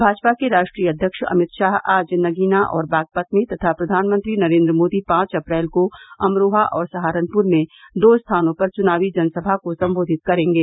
भाजपा के राष्ट्रीय अध्यक्ष अमित शाह आज नगीना और बागपत में तथा प्रधानमंत्री नरेन्द्र मोदी पॉच अप्रैल को अमरोहा और सहारनपुर में दो स्थानों पर चुनावी जनसभा को सम्बोधित करेंगे